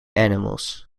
animals